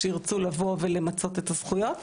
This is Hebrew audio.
זה מאוד הגיוני שירצו לבוא ולמצות את הזכויות.